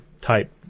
type